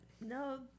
No